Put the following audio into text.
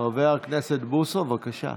חבר הכנסת בוסו, בבקשה.